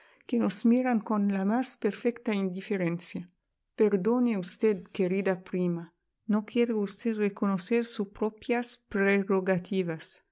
que nos miran con la más perfecta indiferencia perdone usted querida prima no quiere usted reconocer sus propias